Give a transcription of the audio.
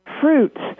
fruits